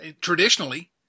traditionally